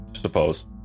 suppose